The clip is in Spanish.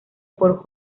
por